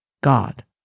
God